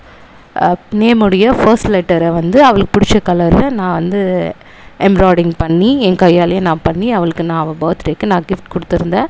நேமுடைய first லெட்டரை வந்து அவளுக்கு பிடிச்ச கலரில் நான் வந்து எம்பிராய்டிங் பண்ணி என் கையாலேயே நான் பண்ணி அவளுக்கு நான் அவள் பர்த்டேக்கு நான் கிஃப்ட் கொடுத்துருந்தேன்